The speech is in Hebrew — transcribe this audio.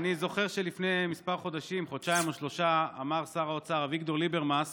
אני זוכר שלפני חודשיים או שלושה אמר שר האוצר אביגדור ליברמס